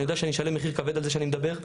אני יודע שאני אשלם מחיר כבד על זה שאני מדבר.